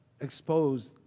exposed